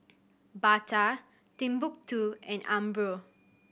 Bata Timbuk Two and Umbro